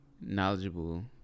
knowledgeable